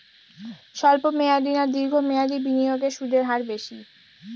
স্বল্প মেয়াদী না দীর্ঘ মেয়াদী বিনিয়োগে সুদের হার বেশী?